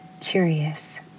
Curious